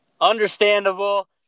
understandable